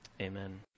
Amen